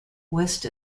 west